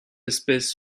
espèces